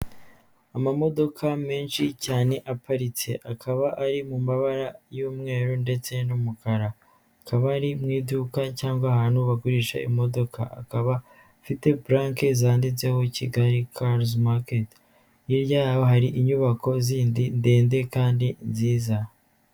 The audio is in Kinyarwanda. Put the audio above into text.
Ama modoka menshi cyane aparitse, akaba ari mu mabara y'umweru ndetse n'umukara, akabari mu iduka cyangwa ahantu bagurisha imodoka, akaba afite purake zanditseho Kigali carezi maketi, hirya hari inyubako zindi ndende kandi nziza.